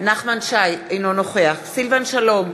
אינו נוכח סילבן שלום,